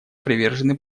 привержены